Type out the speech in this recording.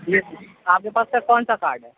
یس آپ کے پاس سر کون سا کارڈ ہے